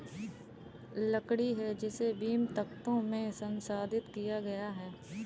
लकड़ी है जिसे बीम, तख्तों में संसाधित किया गया है